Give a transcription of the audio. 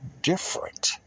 different